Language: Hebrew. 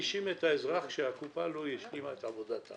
לפי העניין, גיליון מחלה וגיליון מיון, (2)